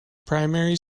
primary